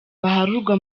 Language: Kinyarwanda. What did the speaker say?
baharurwa